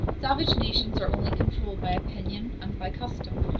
savage nations are only controlled by opinion and by custom.